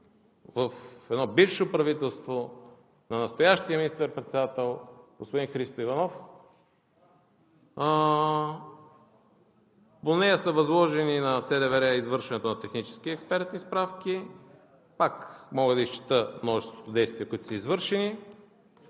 в едно бивше правителство на настоящия министър-председател, господин Христо Иванов. По нея са възложени на СДВР извършването на технически експертни справки. Пак мога да изчета множеството действия, които са извършени,